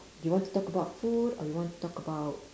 do you want to talk about food or you want to talk about